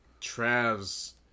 Trav's